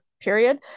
period